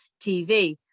TV